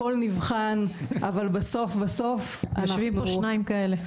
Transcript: הכל נבחן אבל בסוף בסוף -- יושבים פה שניים כאלה.